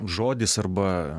žodis arba